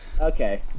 okay